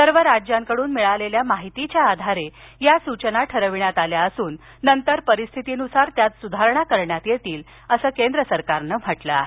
सर्व राज्यांकडून मिळालेल्या माहितीच्याआधारे या सुचना ठरविण्यात आल्या असून नंतर परिस्थितिनुसार त्यात सुधारणा करण्यातयेतील असं सरकारनं म्हटलं आहे